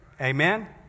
Amen